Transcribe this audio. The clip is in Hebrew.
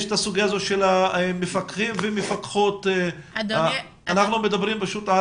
יש את הסוגיה הזאת של הפקחים והמפקחות ואנחנו מדברים על